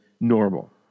normal